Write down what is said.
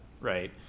right